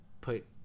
put